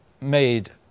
made